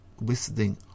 visiting